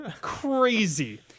Crazy